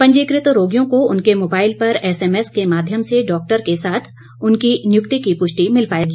पंजीकृत रोगियों को उनके मोबाईल पर एसएमएस के माध्यम से डॉक्टर के साथ उनकी नियुक्ति की पुष्टि मिल जाएगी